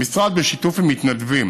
המשרד, בשיתוף עם מתנדבים